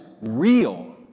real